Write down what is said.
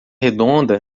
redonda